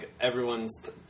everyone's